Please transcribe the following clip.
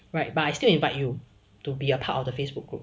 right but I still invite you to be a part of the facebook group